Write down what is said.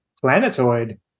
planetoid